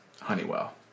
Honeywell